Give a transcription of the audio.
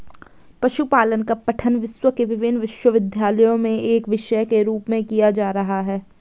पशुपालन का पठन विश्व के विभिन्न विश्वविद्यालयों में एक विषय के रूप में किया जा रहा है